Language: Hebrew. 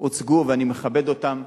הוצגו, ואני מכבד אותם.